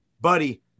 Buddy